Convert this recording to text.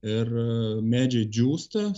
ir medžiai džiūsta